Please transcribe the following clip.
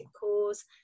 cause